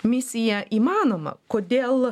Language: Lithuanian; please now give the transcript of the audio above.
misija įmanoma kodėl